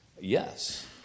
yes